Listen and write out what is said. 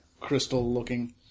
crystal-looking